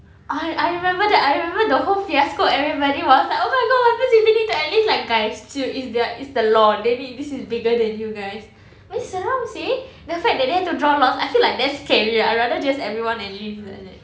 ah I remember I remember the whole fiasco everybody was like oh my god what happens if they need to enlist like guys chill it's their it's the law they need this is bigger than you guys weh tapi seram seh the fact that they have to draw lots I feel like that's scarier I rather just everyone enlist like that